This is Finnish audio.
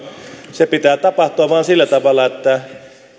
sen pitää vain tapahtua sillä tavalla että